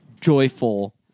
joyful